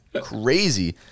crazy